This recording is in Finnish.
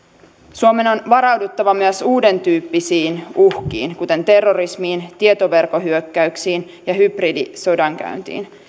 suomen on varauduttava myös uudentyyppisiin uhkiin kuten terrorismiin tietoverkkohyökkäyksiin ja hybridisodankäyntiin